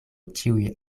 ĉiuj